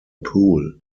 pool